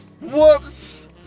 Whoops